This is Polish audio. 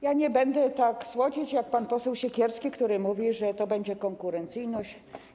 Ja nie będę tak słodzić jak pan poseł Siekierski, który mówi, że to będzie konkurencyjność.